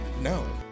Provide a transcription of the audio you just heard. No